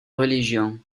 religion